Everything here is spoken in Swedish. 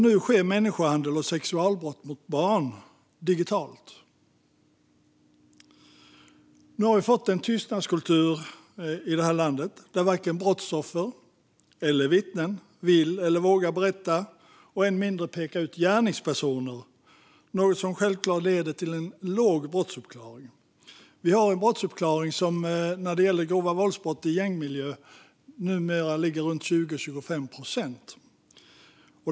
Nu sker människohandel och sexualbrott mot barn digitalt. Nu har vi fått en tystnadskultur i det här landet där varken brottsoffer eller vittnen vill eller vågar berätta och än mindre peka ut gärningspersoner, något som självklart leder till en låg brottsuppklaring. Vi har en brottsuppklaring för grova våldsbrott i gängmiljö som numera ligger runt 20-25 procent.